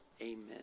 Amen